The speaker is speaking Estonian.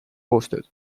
koostööd